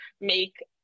make